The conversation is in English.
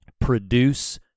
produce